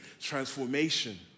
transformation